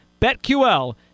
BETQL